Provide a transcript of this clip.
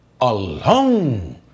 alone